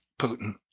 Putin